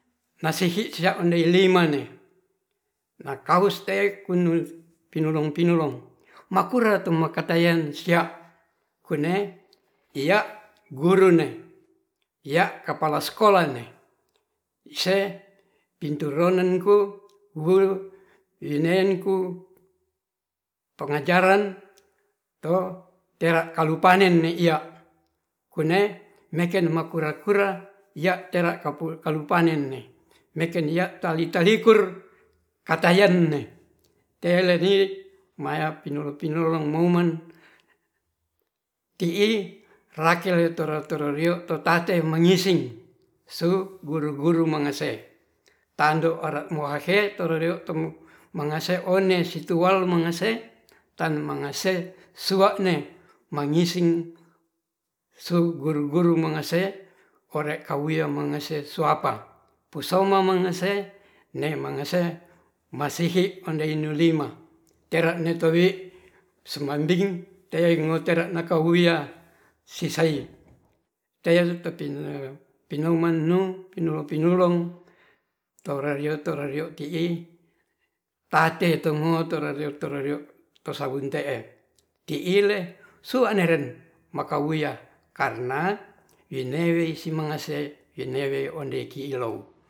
Nasihi sia ni limanne nakaus te kunus pinolong-pinolong makure' tumakatayen sia' kune ya' guru'ne ya' kapala sekolah'ne se pintu ronan ko guru winen ku pengajaran to tera kalupanen ni'ia kune neken makura-kura ya' tera kapul kalupanen'ne meken iya tali-talikur katayen'ne teleni maya pinolo-pinolong moumen ti'i rakel toro-tororio to tate mangising su guru-guru mangase tando ore muahe tororiu tumu maangase one situal mangase tan mangase sua'ne mangising su guru-guru mangase ore kawuem mangase suapa pusoume mangase ne mangase masihi ondeiyun lulima tera no towi sumambing tewu tera nakahuya sisae tel tepi-pinouman nu pinolo-pinolong rorario-torario ti'i tatetu torario-torario to sabut te'e ti'i le suwa nerren makauya karna sinewen si mangase winewe onei ki'ilou